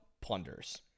plunders